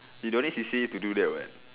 you don't need C_C_A to do that [what]